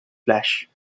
flash